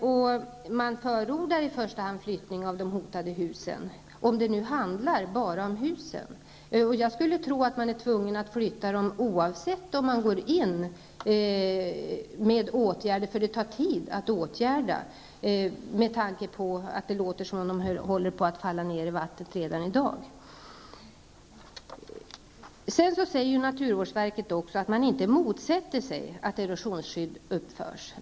Och naturvårdsverket förordar i första hand flyttning av de hotade husen, om det handlar bara om husen. Jag skulle tro att man blir tvungen att flytta dem oavsett om åtgärder vidtas eller inte, eftersom det tar tid att vidta sådana åtgärder med tanke på att det låter som om husen håller på att falla ned i vattnet redan i dag. Naturvårdsverket säger också att man inte motsätter sig att erosionsskydd uppförs.